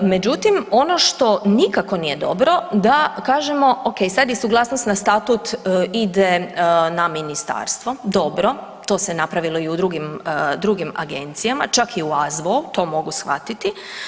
Međutim ono što nikako nije dobro da kažemo ok sad je suglasnost na statut ide na ministarstvo, dobro to se napravilo i u drugim, drugim agencijama čak i u AZVO to mogu shvatiti.